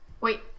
Wait